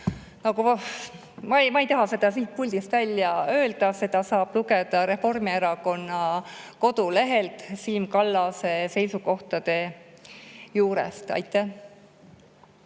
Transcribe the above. ma ei taha seda siit puldist välja öelda, seda saab lugeda Reformierakonna kodulehelt Siim Kallase seisukohtade juurest. Aitäh,